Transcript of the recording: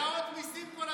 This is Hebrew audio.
העלאות מיסים כל הזמן,